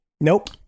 Nope